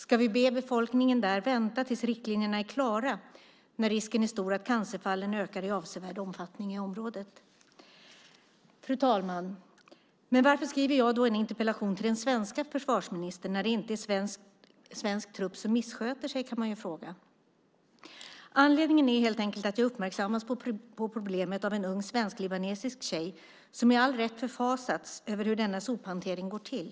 Ska vi be befolkningen där vänta tills riktlinjerna är klara, när risken är stor att cancerfallen ökar i avsevärd omfattning i området? Fru talman! Varför skriver jag då en interpellation till den svenska försvarsministern, när det är inte är svensk trupp som missköter sig? kan man fråga. Anledningen är helt enkelt att jag uppmärksammats på problemet av en ung svensk-libanesisk tjej, som med all rätt förfasats över hur denna sophantering går till.